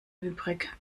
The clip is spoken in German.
übrig